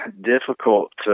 difficult –